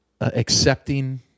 accepting